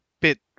bit